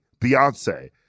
Beyonce